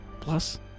plus